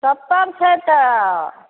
सत्तरि छै तऽ